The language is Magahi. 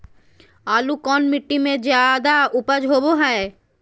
आलू कौन मिट्टी में जादा ऊपज होबो हाय?